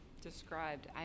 described